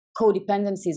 codependencies